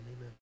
amen